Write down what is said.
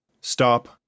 stop